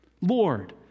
Lord